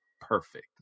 perfect